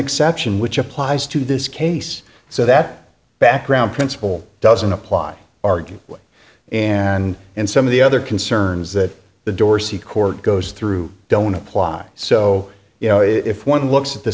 exception which applies to this case so that background principle doesn't apply argue and and some of the other concerns that the dorsey court goes through don't apply so you know if one looks at the